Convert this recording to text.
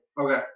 Okay